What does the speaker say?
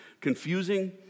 confusing